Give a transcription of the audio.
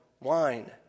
wine